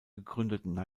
gegründeten